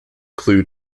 clue